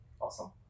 Awesome